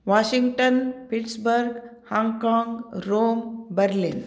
Washington Pittsburgh Hong Kong Rome Berlin